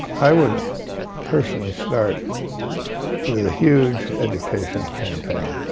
i would personally start with a huge education campaign.